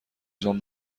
جان